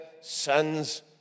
sons